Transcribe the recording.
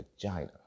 vagina